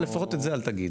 לפחות את זה אל תגיד,